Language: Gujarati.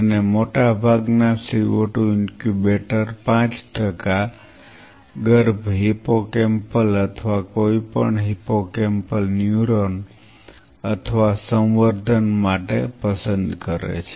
અને મોટાભાગના CO2 ઇન્ક્યુબેટર 5 ટકા ગર્ભ હિપ્પોકેમ્પલ અથવા કોઈપણ હિપ્પોકેમ્પલ ન્યુરોન અથવા સંવર્ધન માટે પસંદ કરે છે